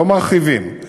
לא מרחיבים,